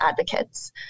advocates